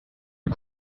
und